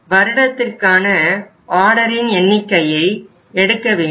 வருடத்திற்கான ஆர்டரின் எண்ணிக்கையை எடுக்க வேண்டும்